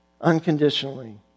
unconditionally